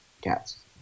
cats